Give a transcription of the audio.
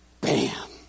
Bam